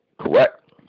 correct